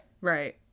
Right